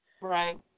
Right